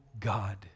God